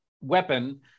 weapon